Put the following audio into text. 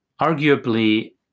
arguably